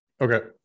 okay